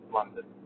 London